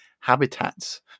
Habitats